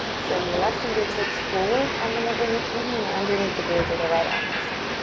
send the left fingertips forward and then we'll bring it in and underneath the bridge of the right arm this time,